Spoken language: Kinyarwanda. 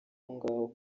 ngaho